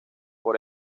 por